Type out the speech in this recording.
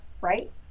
right